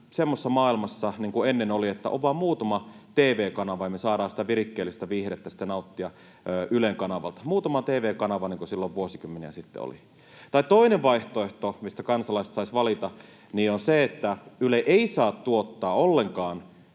semmoisessa maailmassa niin kuin ennen oli, että on vain muutama tv-kanava ja me saadaan sitä virikkeellistä viihdettä sitten nauttia Ylen kanavalta — muutama tv-kanava, niin kuin silloin vuosikymmeniä sitten oli. Toinen vaihtoehto, mistä kansalaiset saisivat valita, on se, että Yle ei saa tuottaa ollenkaan